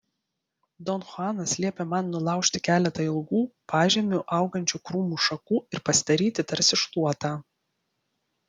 don chuanas liepė man nulaužti keletą ilgų pažemiu augančių krūmų šakų ir pasidaryti tarsi šluotą